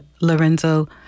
Lorenzo